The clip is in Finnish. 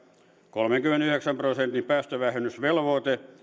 kolmenkymmenenyhdeksän prosentin päästövähennysvelvoite